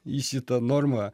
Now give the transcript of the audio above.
į šitą normą